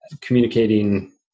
communicating